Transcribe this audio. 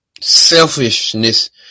selfishness